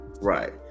Right